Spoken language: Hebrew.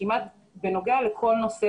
כמעט בנוגע לכל נושא,